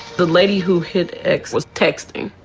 the lady who hit x was texting.